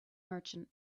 merchant